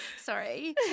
Sorry